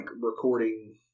recording